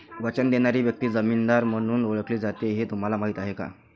वचन देणारी व्यक्ती जामीनदार म्हणून ओळखली जाते हे तुम्हाला माहीत आहे का?